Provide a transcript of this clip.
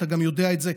ואתה גם יודע את זה,